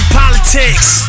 politics